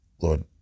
Lord